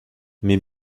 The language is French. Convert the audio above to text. mais